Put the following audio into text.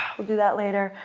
we'll do that later.